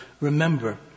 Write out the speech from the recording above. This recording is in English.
remember